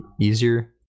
easier